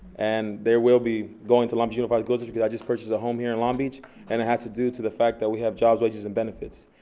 and they will be going to long beach unified school district. i just purchased a home here in long beach and it has to do to the fact that we have jobs, wages, and benefits,